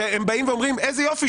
שאומרים "איזה יופי,